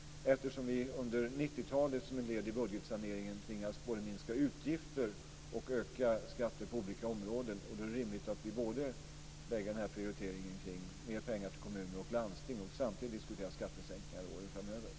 Eftersom vi under 90-talet, som ett led i budgetsaneringen, tvingats att både minska utgifter och öka skatter på olika områden, är det rimligt att vi prioriterar mer pengar till kommuner och landsting och samtidigt diskuterar skattesänkningar åren framöver.